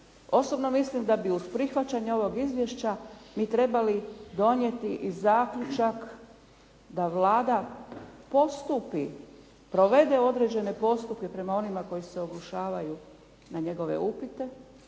Osobno mislim da bi uz prihvaćanje ovog izvješća mi trebali donijeti i zaključak da Vlada postupi, provede određene postupke prema onima koji se obrušavaju na njegove upite,